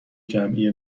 جمعی